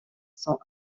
son